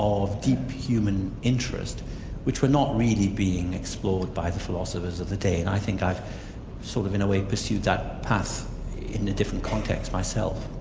of deep human interest which were not really being explored by the philosophers of the day, and i think i've sort of in a way pursued that path in a different context myself.